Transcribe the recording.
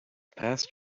past